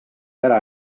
ära